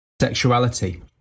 sexuality